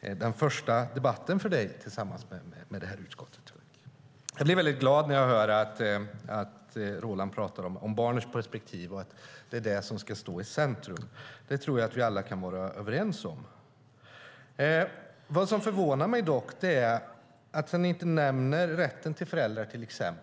Det är den första debatten för dig tillsammans med det här utskottet. Jag blir väldigt glad när jag hör att Roland pratar om barnets perspektiv och att det är det som ska stå i centrum. Det tror jag att vi alla kan vara överens om. Vad som förvånar mig är dock att han inte nämner till exempel rätten till föräldrar.